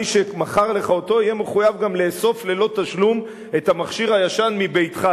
מי שמכר לך אותו יהיה מחויב גם לאסוף ללא תשלום את המכשיר הישן מביתך.